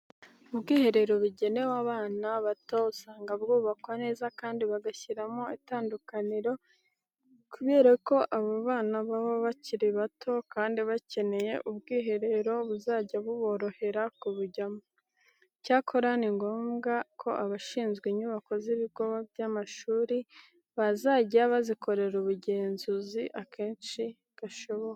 Ubwiherero bugenewe abana bato usanga bwubakwa neza kandi bagashyiramo itandukaniro kubera ko aba bana baba bakiri bato kandi bakeneye ubwiherero buzajya buborohera kubujyamo. Icyakora ni ngombwa ko abashinzwe inyubako z'ibigo by'amashuri bazajya bazikorera ubugenzuzi kenshi gashoboka.